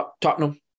Tottenham